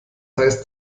heißt